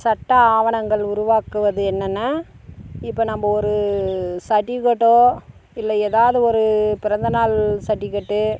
சட்ட ஆவணங்கள் உருவாக்குவது என்னென்னா இப்போ நம்ப ஒரு சர்ட்டிவிகேட்டோ இல்லை ஏதாவது ஒரு பிறந்தநாள் சர்ட்டிவிகேட்டு